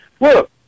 Look